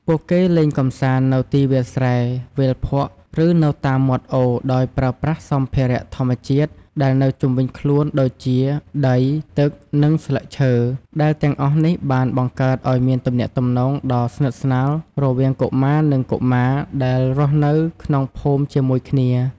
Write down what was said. ពួកគេលេងកម្សាន្តនៅទីវាលស្រែ វាលភក់ ឬនៅតាមមាត់អូរដោយប្រើប្រាស់សម្ភារៈធម្មជាតិដែលនៅជុំវិញខ្លួនដូចជាដី ទឹក និងស្លឹកឈើ ដែលទាំងអស់នេះបានបង្កើតឱ្យមានទំនាក់ទំនងដ៏ស្និទ្ធស្នាលរវាងកុមារនិងកុមារដែលរស់នៅក្នុងភូមិជាមួយគ្នា។